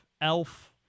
Elf